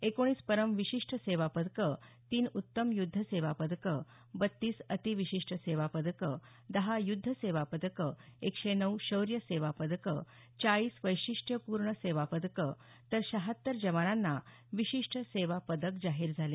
एकोणीस परम विशिष्ट सेवा पदकं तीन उत्तम युद्ध सेवा पदकं बत्तीस अति विशिष्ट सेवा पदकं दहा युद्ध सेवा पदकं एकशे नऊ शौर्य सेवा पदकं चाळीस वैशिष्ट्यपूर्ण सेवा पदकं तर शहात्तर जवानांना विशिष्ट सेवा पदक जाहीर झाले